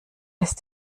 ist